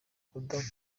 kudakora